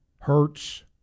Hertz